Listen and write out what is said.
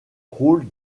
rôle